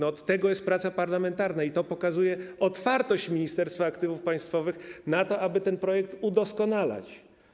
Od tego jest praca parlamentarna i to pokazuje otwartość Ministerstwa Aktywów Państwowych na to, aby ten projekt udoskonalać.